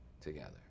together